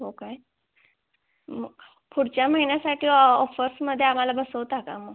हो काय मग पुढच्या महिन्यासाठी ऑफर्समध्ये आम्हाला बसवता का मग